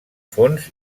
fons